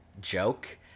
joke